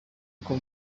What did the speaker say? uko